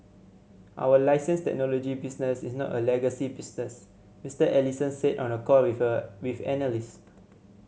our license technology business is not a legacy business Mister Ellison said on a call with a with analysts